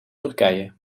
turkije